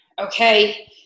Okay